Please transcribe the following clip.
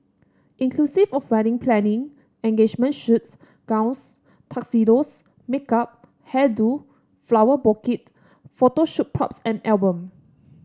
inclusive of wedding planning engagement shoots gowns tuxedos makeup hair do flower bouquet photo shoot props and album